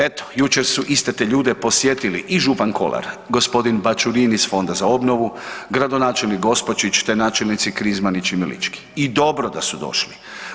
Eto, jučer su iste te ljude posjetili i župan Kolar, g. Bačurin iz Fonda za obnovu, gradonačelnik Gospočić te načelnici Krizmanić i Milički i dobro da su došli.